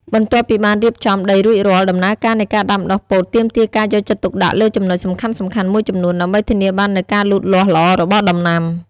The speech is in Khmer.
បន្ទាប់ពីបានរៀបចំដីរួចរាល់ ដំណើរការនៃការដាំដុះពោតទាមទារការយកចិត្តទុកដាក់លើចំណុចសំខាន់ៗមួយចំនួនដើម្បីធានាបាននូវការលូតលាស់ល្អរបស់ដំណាំ។